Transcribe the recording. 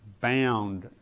bound